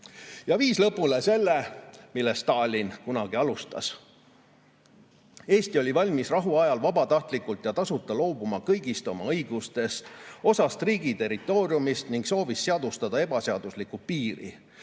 ja viis lõpule selle, mille Stalin kunagi alustas. "Eesti oli valmis rahu ajal vabatahtlikult ja tasuta loobuma kõigist oma õigustest, osast riigi territooriumist ning soovis seadustada ebaseadusliku piiri.